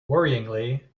worryingly